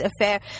affair